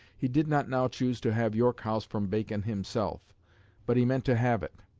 he did not now choose to have york house from bacon himself but he meant to have it.